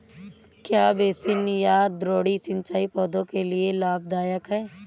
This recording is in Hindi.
क्या बेसिन या द्रोणी सिंचाई पौधों के लिए लाभदायक है?